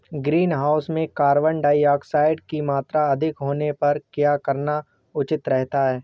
Greenhouse में carbon dioxide की मात्रा अधिक होने पर क्या करना उचित रहता है?